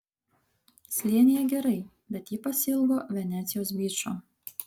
slėnyje gerai bet ji pasiilgo venecijos byčo